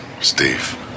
Steve